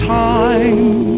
time